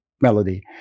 Melody